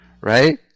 right